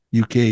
UK